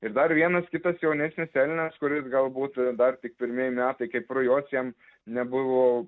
ir dar vienas kitas jaunesnis elnias kuris galbūt dar tik pirmieji metai kaip rujos jam nebuvo